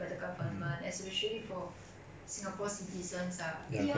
even the government will help us through like bursary 这些东西 lor